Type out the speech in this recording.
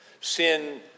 Sin